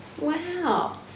Wow